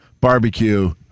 barbecue